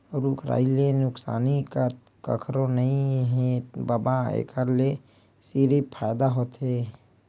रूख राई ले नुकसानी कखरो नइ हे बबा, एखर ले सिरिफ फायदा होथे